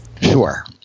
Sure